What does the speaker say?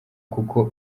kuko